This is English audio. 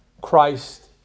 Christ